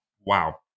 Wow